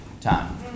time